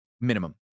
Minimum